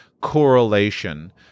correlation